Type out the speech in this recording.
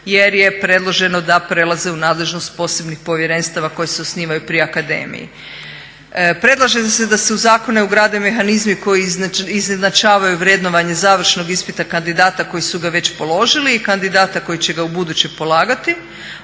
jer je predloženo da prelaze u nadležnost posebnih povjerenstva koji se osnivaju pri akademiji. Predlaže se da se u zakone ugrade mehanizmi koji izjednačavaju vrednovanje završnog ispita kandidata koji su ga već položili i kandidata koji će ga ubuduće polagati